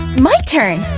my turn!